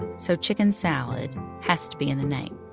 so chicken salad has to be in the name.